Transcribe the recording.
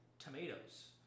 tomatoes